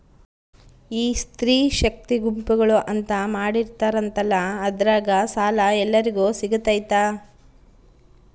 ಈ ಸ್ತ್ರೇ ಶಕ್ತಿ ಗುಂಪುಗಳು ಅಂತ ಮಾಡಿರ್ತಾರಂತಲ ಅದ್ರಾಗ ಸಾಲ ಎಲ್ಲರಿಗೂ ಸಿಗತೈತಾ?